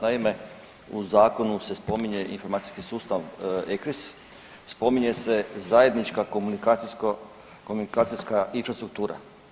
Naime, u zakonu se spominje informacijski sustav ECRIS, spominje se zajednička komunikacijsko, komunikacijska infrastruktura.